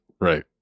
Right